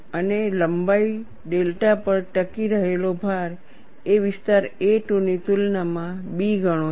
અને લંબાઈના ડેલ્ટા પર ટકી રહેલો ભાર એ વિસ્તાર A2 ની તુલનામાં B ગણો છે